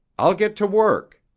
i'll get to work.